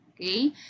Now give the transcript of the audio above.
Okay